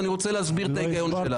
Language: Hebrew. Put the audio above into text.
ואני רוצה להסביר את ההיגיון שלה.